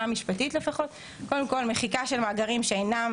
משפטית לפחות קודם כל מחיקה של מאגרים שאינם